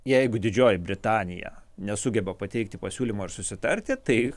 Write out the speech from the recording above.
jeigu didžioji britanija nesugeba pateikti pasiūlymo ir susitarti tai